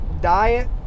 diet